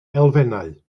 elfennau